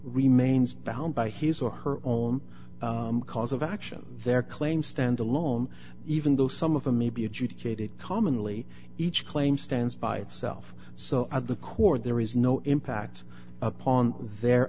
remains bound by his or her own cause of action their claim stand alone even though some of them may be adjudicated commonly each claim stands by itself so at the court there is no impact upon their